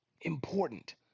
important